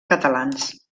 catalans